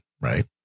right